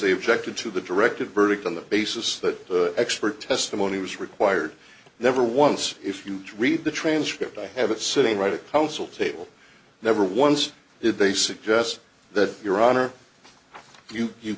they objected to the directed verdict on the basis that expert testimony was required never once if you read the transcript i have it sitting right housel table never once did they suggest that your honor you you